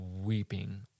weeping